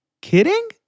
kidding